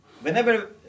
Whenever